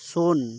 ᱥᱩᱱ